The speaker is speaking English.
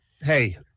hey